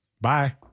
Bye